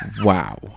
Wow